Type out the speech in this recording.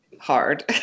hard